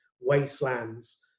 wastelands